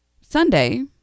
Sunday